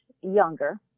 younger